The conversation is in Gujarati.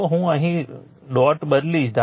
જો હું અહીંથી અહીં ડોટ બદલીશ